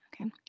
Okay